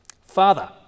Father